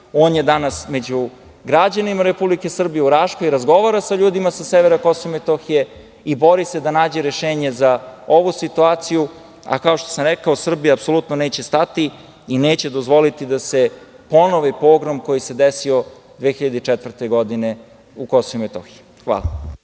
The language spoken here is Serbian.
on je danas među građanima Republike Srbije, u Raškoj, razgovara sa ljudima sa severa Kosova i Metohije i bori se da nađe rešenje za ovu situaciju, a kao što sam rekao, Srbija apsolutno neće stati i neće dozvoliti da se ponovi pogrom koji se desio 2004. godine u Kosovu i Metohiji. Hvala.